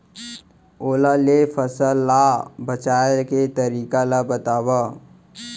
ओला ले फसल ला बचाए के तरीका ला बतावव?